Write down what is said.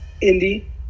Indy